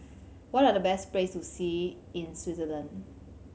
what are the best places to see in Swaziland